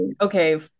okay